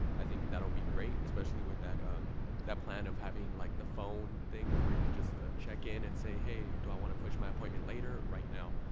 i think that'll be great especially with that um that plan of having like the phone thing where you could just check in and say, hey, do i wanna push my appointment later or right now.